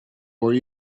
were